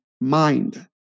mind